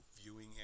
viewing